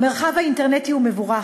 המרחב האינטרנטי הוא מבורך.